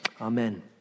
amen